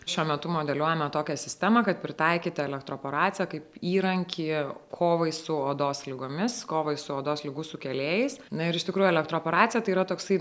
šiuo metu modeliuojame tokią sistemą kad pritaikyti elektroporaciją kaip įrankį kovai su odos ligomis kovai su odos ligų sukėlėjais na ir iš tikrųjų elektroporacija tai yra toksai